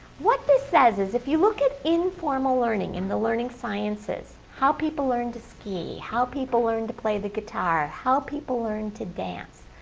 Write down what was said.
what this says is if you look at informal learning and the learning sciences, how people learn to ski, how people learn to play the guitar, how people learn to dance,